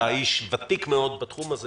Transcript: אתה איש ותיק מאוד בתחום הזה